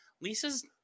Lisa's